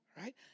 right